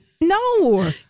No